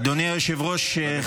אדוני היושב-ראש,